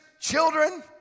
children